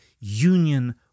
union